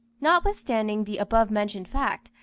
notwithstanding the above-mentioned fact,